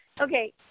Okay